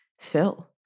fill